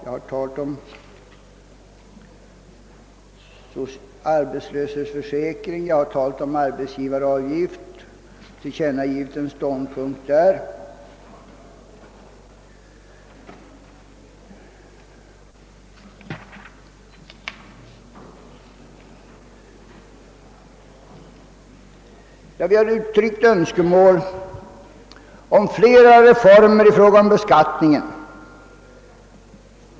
Jag har talat om arbetslöshetsförsäkring och om arbetsgivaravgift samt tillkännagivit en ståndpunkt i dessa frågor. Vi har uttryckt önskemål om flera reformer i fråga om beskattningen.